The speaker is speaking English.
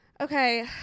Okay